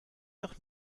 doch